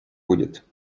будет